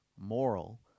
moral